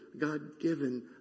God-given